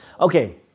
Okay